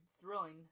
thrilling